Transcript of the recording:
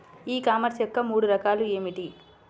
ఈ కామర్స్ యొక్క మూడు రకాలు ఏమిటి?